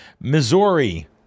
Missouri